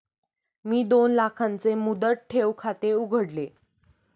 मी दोन लाखांचे मुदत ठेव खाते उघडले